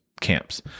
camps